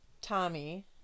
Tommy